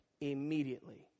immediately